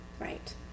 Right